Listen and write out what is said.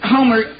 Homer